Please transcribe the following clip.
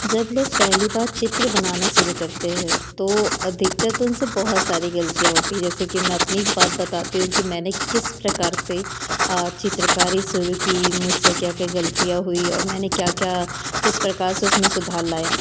जब लोग पहली बार चित्र बनाना शुरू करते हैं तो अधिकतर तो उनसे बहुत सारी गलतियाँ होती है जैसे कि मैं अपनी बात बताती हूँ कि मैंने किस प्रकार से चित्रकारी शुरू की मुझसे क्या क्या गलतियाँ हुई और मैंने क्या क्या किसी प्रकार से उसमें सुधार लाया